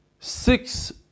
six